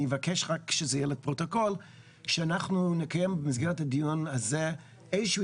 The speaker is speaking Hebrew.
אני מבקש רק שזה יהיה לפרוטוקול שאנחנו נקיים במסגרת הדיון הזה איזה שהוא